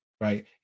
right